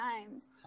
times